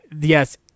yes